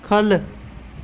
ख'ल्ल